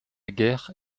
guerre